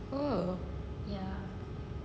oh